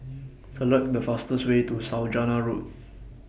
Select The fastest Way to Saujana Road